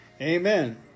Amen